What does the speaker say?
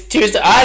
Tuesday